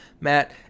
Matt